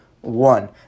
one